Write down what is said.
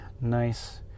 nice